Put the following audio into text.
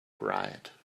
pride